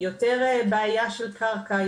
יותר בעיה של קרקע,